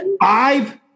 five